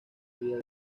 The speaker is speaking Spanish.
vida